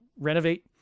renovate